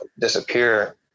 disappear